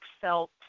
felt